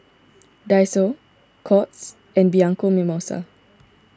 Daiso Courts and Bianco Mimosa